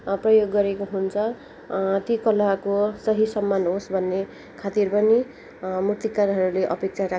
प्रयोग गरिएको हुन्छ ती कलाको सही सम्मान होस् भन्ने खातिर पनि मूर्तिकारहरूले अपेक्षा राख्